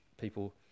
people